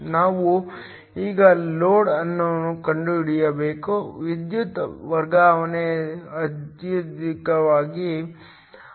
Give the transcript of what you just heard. ನಾವು ಈಗ ಲೋಡ್ ಅನ್ನು ಕಂಡುಹಿಡಿಯಬೇಕು ವಿದ್ಯುತ್ ವರ್ಗಾವಣೆ ಅತ್ಯಧಿಕವಾಗಿದೆ